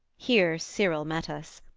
here cyril met us.